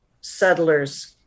settlers